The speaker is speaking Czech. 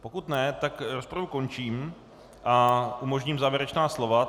Pokud ne, tak rozpravu končím a umožním závěrečná slova.